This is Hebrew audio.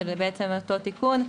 שזה בעצם אותו תיקון,